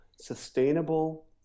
sustainable